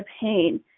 pain